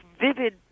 vivid